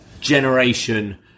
generation